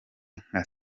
nka